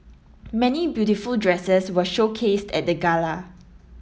many beautiful dresses were showcased at the gala